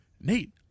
Nate